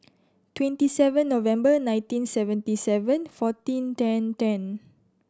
twenty seven November nineteen seventy seven fourteen ten ten